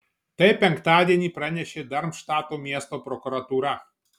tai penktadienį pranešė darmštato miesto prokuratūra